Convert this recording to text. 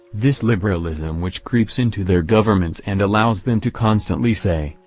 this liberalism which creeps into their governments and allows them to constantly say,